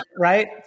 right